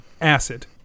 Acid